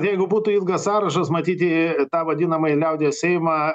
jeigu būtų ilgas sąrašas matyti tą vadinamąjį liaudies seimą